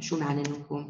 šių menininkų